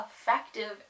effective